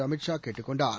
அமித் ஷா கேட்டுக் கொண்டார்